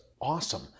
awesome